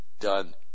done